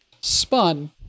spun